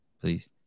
please